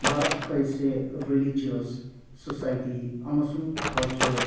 ꯚꯥꯔꯠꯈꯣꯏꯁꯦ religious society ꯑꯃꯁꯨꯡ culture